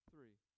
Three